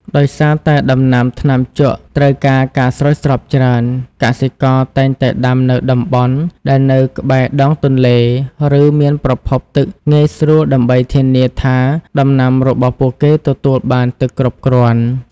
ដោយសារតែដំណាំថ្នាំជក់ត្រូវការការស្រោចស្រពច្រើន កសិករតែងតែដាំនៅតំបន់ដែលនៅក្បែរដងទន្លេ ឬមានប្រភពទឹកងាយស្រួលដើម្បីធានាថាដំណាំរបស់ពួកគេទទួលបានទឹកគ្រប់គ្រាន់។